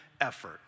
effort